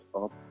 up